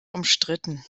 umstritten